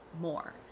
more